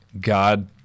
God